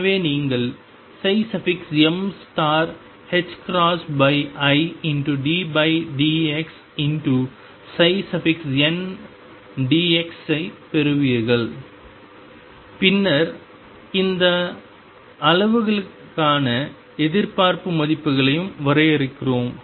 எனவே நீங்கள் middx ndx ஐப் பெறுவீர்கள் பின்னர் இந்த அளவுகளுக்கான எதிர்பார்ப்பு மதிப்புகளையும் வரையறுக்கிறோம்